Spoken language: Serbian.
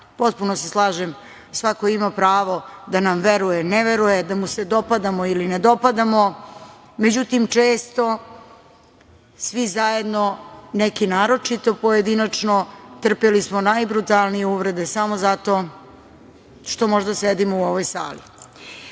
Potpuno se slažem, svako ima pravo da nam veruje-ne veruje, da mu se dopadamo ili ne dopadamo. Međutim, često svi zajedno, neki naročito pojedinačno, trpeli smo najbrutalnije uvrede samo zato što možda sedimo u ovoj sali. Ovo